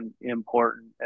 important